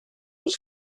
was